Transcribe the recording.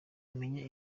umenye